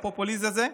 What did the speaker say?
הפופוליזם הזה.